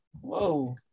whoa